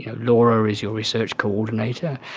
you know laura is your research coordinator.